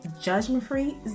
judgment-free